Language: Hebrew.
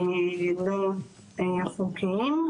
לא חוקיים,